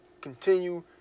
continue